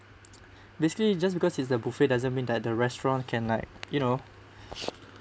basically it just because it's the buffet doesn't mean that the restaurant can like you know